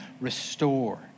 restore